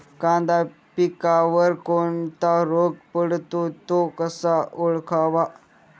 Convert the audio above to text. कांदा पिकावर कोणता रोग पडतो? तो कसा ओळखावा?